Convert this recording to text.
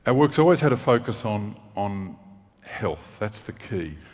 and work's always had a focus on on health. that's the key.